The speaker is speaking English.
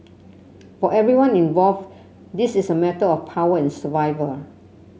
for everyone involved this is a matter of power and survival